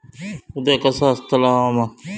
उद्या कसा आसतला हवामान?